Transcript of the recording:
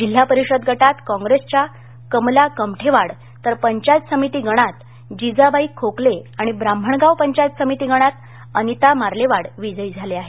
जिल्हा परिषद गटात काँग्रेसच्या कमला कमठेवाड तर पंचायत समिती गणात जिजाबाई खोकले आणि ब्राम्हणगाव पंचायत समिती गणात अनिता मार्लेवाड विजयी झाले आहेत